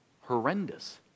horrendous